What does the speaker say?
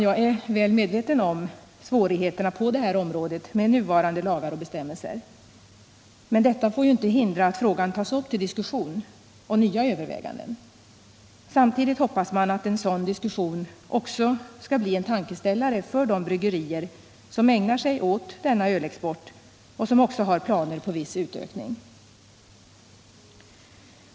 Jag är väl medveten om svårigheterna på det här området med nuvarande lagar och bestämmelser. Men detta får ju inte hindra att frågan tas upp till diskussion och nya överväganden. Samtidigt hoppas man att en sådan diskussion skall bli en tankeställare för de bryggerier som ägnar sig åt denna ölexport och som också har planer på viss utökning.